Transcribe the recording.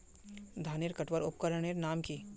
धानेर कटवार उपकरनेर नाम की?